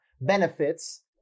benefits